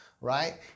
right